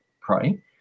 pray